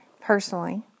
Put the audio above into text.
personally